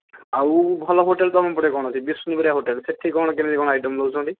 ଆଉ ଭଲ ହୋଟେଲ ତୁମ ପଟେ କ'ଣ ଅଛି ବିଷ୍ଣୁପ୍ରିୟା ହୋଟେଲ ସେଇଠି କ'ଣ କେମିତି କ'ଣ ଆଇଟମ ଦେଉଛନ୍ତି